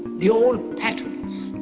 the old patterns,